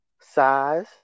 size